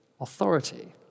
Authority